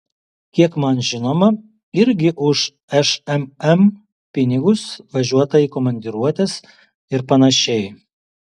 kiek man žinoma irgi už šmm pinigus važiuota į komandiruotes ir panašiai